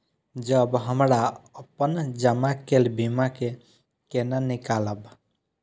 जब हमरा अपन जमा केल बीमा के केना निकालब?